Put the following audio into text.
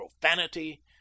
profanity